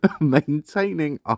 maintaining